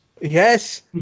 Yes